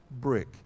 brick